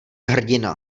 hrdina